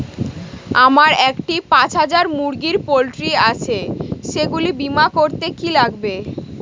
আমার একটি পাঁচ হাজার মুরগির পোলট্রি আছে সেগুলি বীমা করতে কি লাগবে?